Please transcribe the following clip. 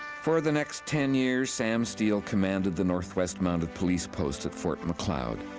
for the next ten years sam steele commanded the north west mounted police post at fort macleod.